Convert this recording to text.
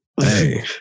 hey